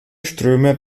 ströme